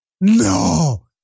No